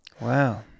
Wow